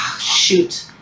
shoot